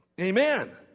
Amen